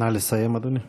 נא לסיים, אדוני.